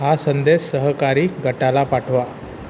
हा संदेश सहकारी गटाला पाठवा